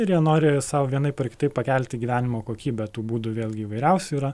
ir jie nori sau vienaip ar kitaip pakelti gyvenimo kokybę tų būdų vėlgi įvairiausių yra